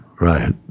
right